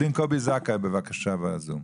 עורך דין קובי זכאי, בבקשה בזום.